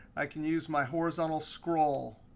i can use my horizontal scroll.